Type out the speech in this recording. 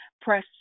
Press